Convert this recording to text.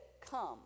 come